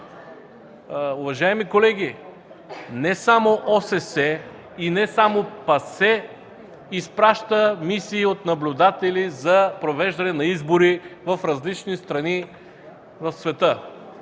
Уважаеми колеги, не само ОССЕ и не само ПАСЕ изпращат мисии от наблюдатели за провеждане на избори в различни страни в света.